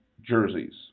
jerseys